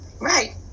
Right